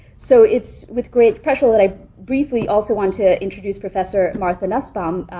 so it's with great pleasure that i briefly also want to introduce professor martha nussbaum,